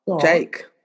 Jake